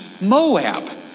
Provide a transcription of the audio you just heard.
Moab